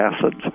acids